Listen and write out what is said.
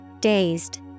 Dazed